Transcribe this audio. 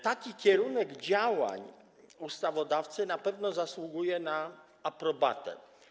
Taki kierunek działań ustawodawcy na pewno zasługuje na aprobatę.